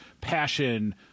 passion